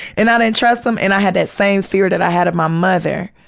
and i didn't trust him, and i had that same fear that i had of my mother,